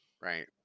right